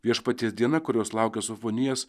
viešpaties diena kurios laukia sofonijos